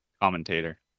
Commentator